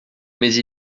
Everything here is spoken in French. mais